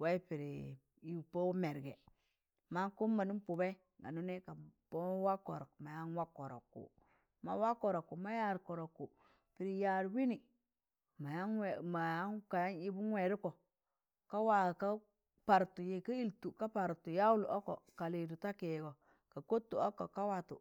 waị pịdị pọ mẹrgẹ mankụm manụm pụbẹị ka nụnẹị kama pọ wak kọrọk mayan wak kọrọkụ ma wak kọrọkụ ma yadd kọrọkụ pịdị yad wmịnị ma yaan ka yaan yịbụn wẹẹdụkọ kama parụt yaụlị ọkọ ka lịdụ ta kịịgọ ka kọtọ ọkọ, ka watu